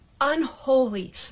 unholy